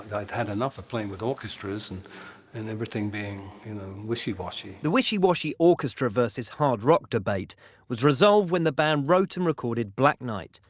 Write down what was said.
i'd had enough of playing with orchestras and and everything being you know wishy-washy. the wishy-washy orchestra versus hard rock debate was resolved when the band wrote and recorded black night.